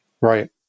Right